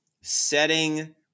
setting